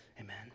amen